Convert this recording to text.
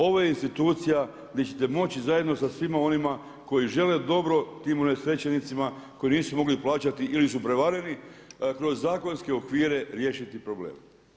Ovo je institucija gdje ćete moći zajedno sa svima onima koji žele dobro tim unesrećenicima koji nisu mogli plaćati ili su prevareni kroz zakonske okvire riješiti problem.